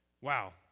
wow